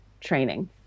training